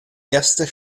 erster